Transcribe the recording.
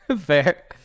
Fair